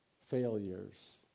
failures